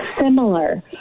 similar